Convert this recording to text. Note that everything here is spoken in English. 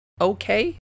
okay